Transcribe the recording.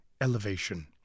Elevation